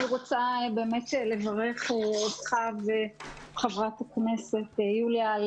אני רוצה באמת לברך אותך ואת חברת הכנסת יוליה על